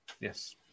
Yes